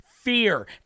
fear